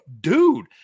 dude